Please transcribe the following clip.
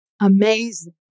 amazing